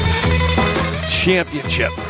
championship